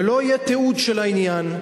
ולא יהיה תיעוד של העניין.